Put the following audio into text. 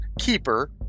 Keeper